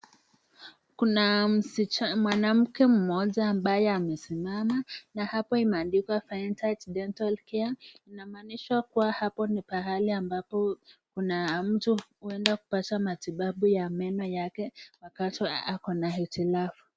Kuna mwanamke mmoja ambaye amesimama na hapa imeandikwa Fine Touch Dental Care .Inamaanisha kuwa hapo ni pahali ambapo kuna mtu huenda kupata matibabu ya meno yake wakati ako na hitilafu.